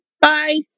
Bye